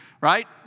right